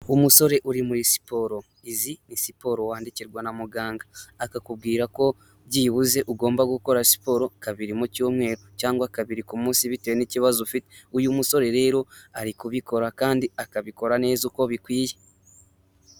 Umusore uri muri siporo izi ni siporo wandikirwa na muganga, akakubwira ko byibuze ugomba gukora siporo kabiri mu cyumweru cyangwa kabiri ku munsi bitewe n'ikibazo ufite. Uyu musore rero ari kubikora kandi akabikora neza uko bikwiye.